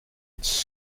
its